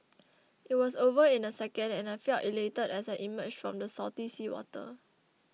it was over in a second and I felt elated as I emerged from the salty seawater